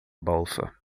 bolsa